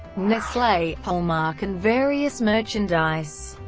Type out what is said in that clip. nestle, hallmark and various merchandise.